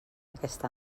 aquest